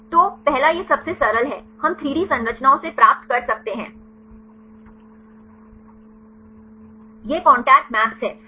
तो पहला यह सबसे सरल है हम 3 डी संरचनाओं से प्राप्त कर सकते हैं यह कांटेक्ट मैप्स है सही